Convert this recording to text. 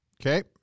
Okay